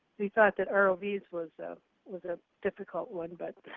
we thought that rovs was a was a difficult one, but